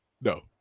No